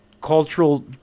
cultural